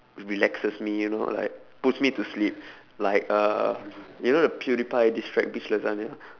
relaxes me you know puts like me to sleep like uh you know the pewdiepie this track bitch lasagna